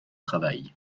travail